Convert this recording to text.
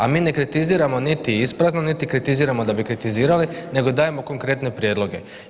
A mi ne kritiziramo niti isprazno niti kritiziramo da bi kritizirali, nego dajemo konkretne prijedloge.